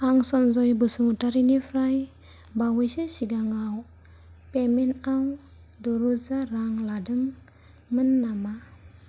आं सनजय बसुमतारीनिफ्राय बावैसो सिगाङाव पेमेन्टआव द'रोजा रां लादोंमोन नामा